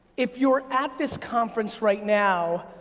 if you're at this conference right now,